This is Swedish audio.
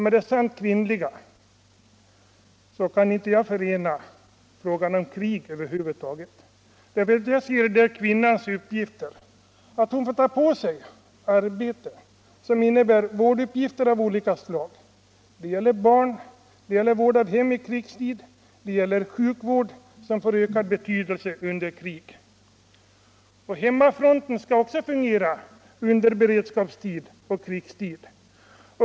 Med det sant kvinnliga kan jag inte förena krig över huvud taget. Som jag ser det får kvinnan i krigstid i stället ta på sig vårdande arbetsuppgifter av olika slag, vård av barn och vård av hem och framför allt sjukvård, som får ökad betydelse under krig. Också hemmafronten måste kunna fungera under beredskapstid och krigstid.